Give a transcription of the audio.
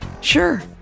Sure